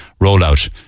rollout